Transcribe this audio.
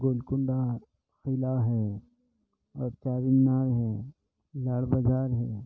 گول کونڈا قلعہ ہے اور چار مینار ہے لال بازار ہے